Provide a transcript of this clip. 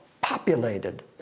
populated